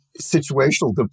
situational